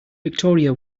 victoria